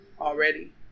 already